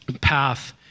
path